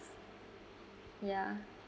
yeah